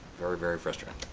very, very frustrating.